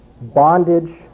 bondage